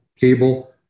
cable